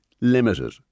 limited